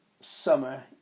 summer